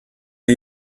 are